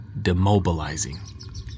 demobilizing